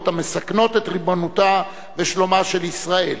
המסכנות את ריבונותה ושלומה של ישראל,